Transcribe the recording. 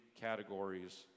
categories